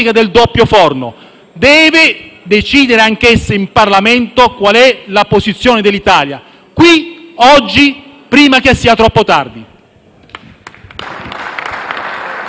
Deve decidere, anch'essa in Parlamento, qual è la posizione dell'Italia e lo deve fare qui oggi, prima che sia troppo tardi.